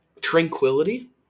tranquility